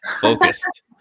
focused